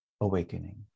awakening